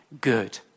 good